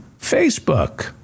Facebook